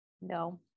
No